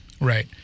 right